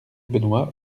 benoist